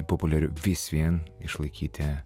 populiariu vis vien išlaikyti